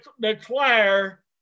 declare